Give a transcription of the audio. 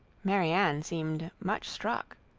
marianne seemed much struck.